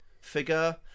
figure